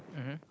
mmhmm